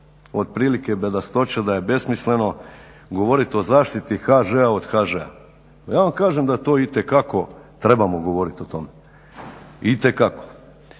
otprilike bedastoća da je besmisleno govoriti o zaštiti HŽ-a od HŽ-a. Pa ja vam kažem da to itekako trebamo govorit o tome, itekako.